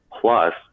plus